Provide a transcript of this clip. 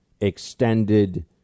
extended